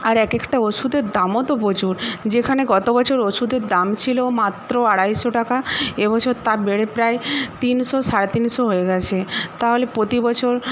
আর এক একটা ওষুধের দামও তো প্রচুর যেখানে গত বছর ওষুধের দাম ছিল মাত্র আড়াইশো টাকা এবছর তা বেড়ে প্রায় তিনশো সাড়ে তিনশো হয়ে গেছে তাহলে প্রতি বছর